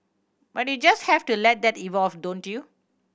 but you just have to let that evolve don't you